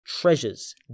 Treasures